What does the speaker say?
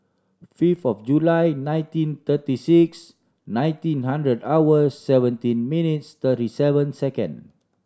five of July nineteen thirty six nineteen hunderd hours seventeen minutes thirty seven second